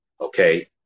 Okay